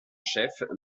chef